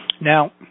Now